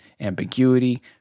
ambiguity